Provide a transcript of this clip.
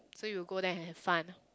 so you go there and have fun